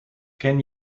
ken